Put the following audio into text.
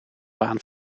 baan